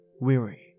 weary